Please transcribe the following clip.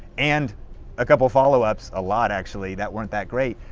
and a couple follow ups, a lot, actually, that weren't that great,